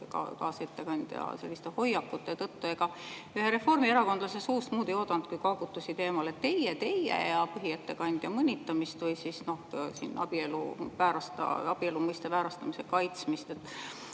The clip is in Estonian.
kaasettekandja hoiakute tõttu. Ühe reformierakondlase suust muud ei oodanudki kui kaagutusi "Teie, teie!" ja põhiettekandja mõnitamist või abielu mõiste väärastamise kaitsmist.